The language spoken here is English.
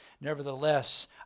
Nevertheless